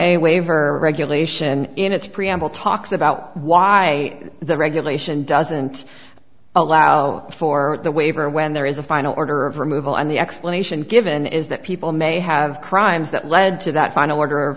a waiver regulation in its preamble talks about why the regulation doesn't allow for the waiver when there is a final order of removal and the explanation given is that people may have crimes that led to that final order